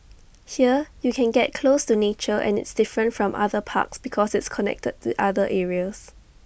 here you can get close to nature and it's different from other parks because it's connected to other areas